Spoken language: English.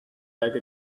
like